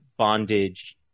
bondage